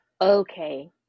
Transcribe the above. okay